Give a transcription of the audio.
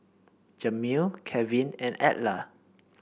Jamil Kevin and Edla